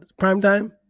primetime